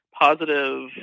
positive